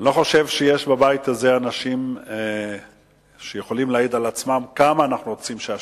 אני לא חושב שיש בבית הזה אנשים שיכולים להעיד כמה השקט,